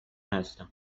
هستم